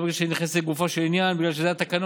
לא בגלל שהיא נכנסת לגופו של עניין אלא בגלל שזה התקנון.